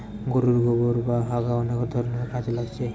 গোরুর গোবোর বা হাগা অনেক ধরণের কাজে লাগছে